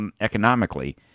economically